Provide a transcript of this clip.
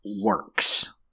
works